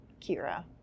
Kira